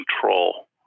control